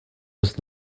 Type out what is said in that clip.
was